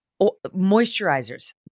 Moisturizers